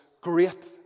great